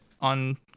on